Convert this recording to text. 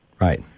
Right